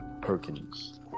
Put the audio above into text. perkins